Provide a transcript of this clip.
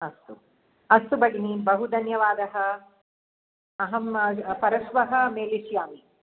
अस्तु अस्तु भगिनी बहुधन्यवादः अहं परश्वः मिलिष्यामि